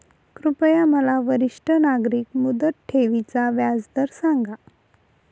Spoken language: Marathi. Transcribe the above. कृपया मला वरिष्ठ नागरिक मुदत ठेवी चा व्याजदर सांगा